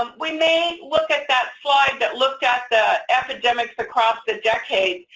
um we may look at that slide that looked at the epidemics across the decades,